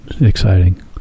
exciting